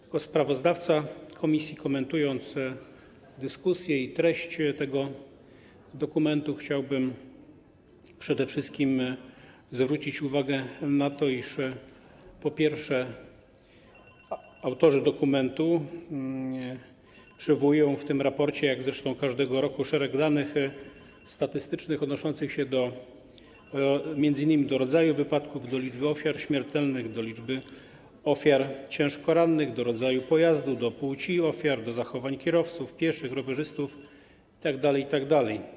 Jako sprawozdawca komisji, komentując dyskusję i treść tego dokumentu, chciałbym przede wszystkim zwrócić uwagę na to, iż po pierwsze, autorzy dokumentu przywołują w tym raporcie - jak zresztą każdego roku - szereg danych statystycznych odnoszących się m.in. do rodzajów wypadków, do liczby ofiar śmiertelnych, do liczby ofiar ciężko rannych, do rodzaju pojazdu, do płci ofiar, do zachowań kierowców, pieszych, rowerzystów itd., itd.